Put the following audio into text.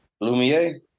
Lumiere